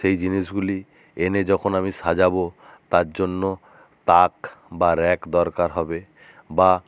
সেই জিনিসগুলি এনে যখন আমি সাজাবো তার জন্য তাক বা র্যাক দরকার হবে বা